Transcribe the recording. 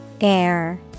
Air